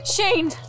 Shane